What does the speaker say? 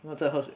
因为我在喝水